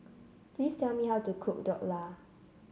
please tell me how to cook Dhokla